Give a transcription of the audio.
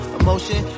emotion